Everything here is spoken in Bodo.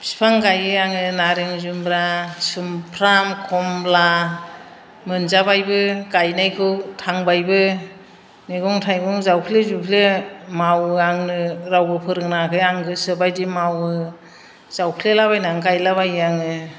बिफां गायो आङो नारें जुम्ब्रा सुमफ्राम खमला मोनजाबायबो गायनायखौ थांबायबो मैगं थाइगं जावफ्ले जुवफ्ले मावो आंनो रावबो फोरोंनाङाखै आं गोसोबादि मावो जावफ्लेलाबायनानै गायलाबायो आङो